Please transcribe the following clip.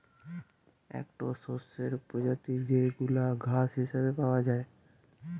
একটো শস্যের প্রজাতি যেইগুলা ঘাস হিসেবে পাওয়া যায়